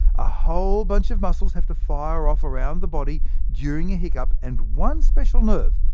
a whole bunch of muscles have to fire off around the body during a hiccup, and one special nerve,